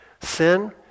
Sin